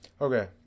Okay